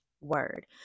word